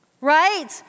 Right